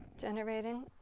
generating